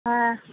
हाँ